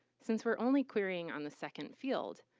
since we're only querying on the second field,